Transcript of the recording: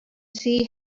see